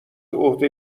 عهده